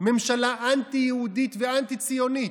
ממשלה אנטי-יהודית ואנטי-ציונית.